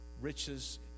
riches